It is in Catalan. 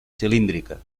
cilíndrica